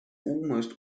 almost